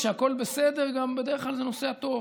כשהכול בסדר, גם בדרך כלל זה נוסע טוב.